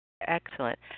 Excellent